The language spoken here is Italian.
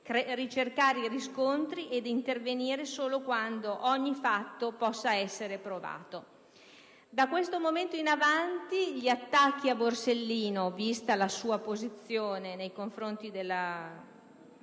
ricercare riscontri ed intervenire solo quando ogni fatto può essere provato. Da questo momento in avanti gli attacchi a Borsellino, vista la sua posizione nei confronti del